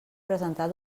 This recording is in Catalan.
presentar